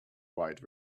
wide